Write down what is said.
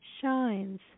shines